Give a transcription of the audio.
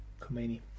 Khomeini